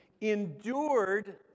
endured